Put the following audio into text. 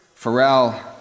Pharrell